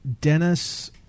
Dennis